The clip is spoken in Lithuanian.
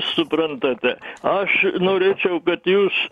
suprantate aš norėčiau kad jūs